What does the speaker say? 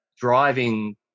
driving